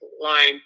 line